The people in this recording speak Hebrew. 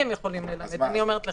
הם יכולים ללמד אותי, אני אומרת לך.